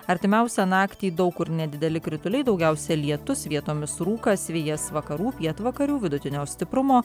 artimiausią naktį daug kur nedideli krituliai daugiausia lietus vietomis rūkas vėjas vakarų pietvakarių vidutinio stiprumo